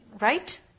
right